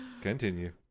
Continue